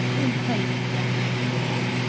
then play the impromptu for me.